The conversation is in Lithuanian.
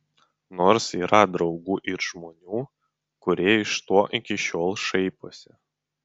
nors yra draugų ir žmonių kurie iš to iki šiol šaiposi